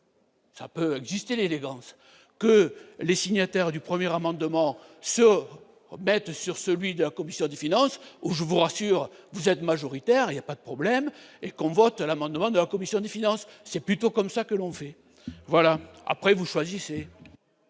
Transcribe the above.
ça peut exister l'élégance que les signataires du premier amendement se remettent sur celui de la commission des finances, oh, je vous rassure, vous êtes majoritaires il y a pas de problème et qu'on vote l'amendement de la commission des finances, c'est plutôt comme ça que l'on fait voilà après vous choisissez.